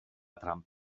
trump